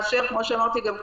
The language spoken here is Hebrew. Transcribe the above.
כמו שאמרתי גם קודם,